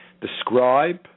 Describe